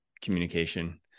communication